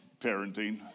parenting